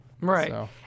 Right